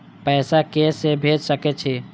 पैसा के से भेज सके छी?